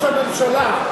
ראש הממשלה,